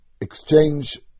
exchange